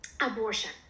abortion